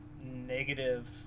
negative